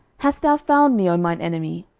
hast thou found me, o mine enemy?